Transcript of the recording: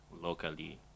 locally